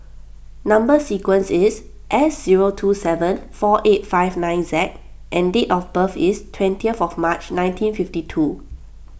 Number Sequence is S zero two seven four eight five nine Z and date of birth is twentieth March nineteen fifty two